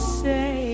say